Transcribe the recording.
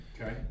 Okay